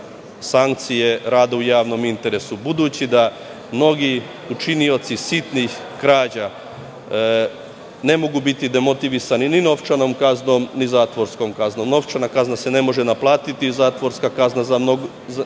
sankcija rada u javnom interesu, budući da mnogi učinioci sitnih krađa ne mogu biti demotivisani ni novčanom kaznom, ni zatvorskom kaznom. Novčana kazna se ne može naplatiti, zatvorska kazna za mnoge